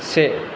से